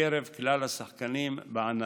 בקרב כלל השחקנים בענף.